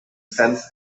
sense